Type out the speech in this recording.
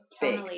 big